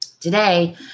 today